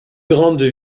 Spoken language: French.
grande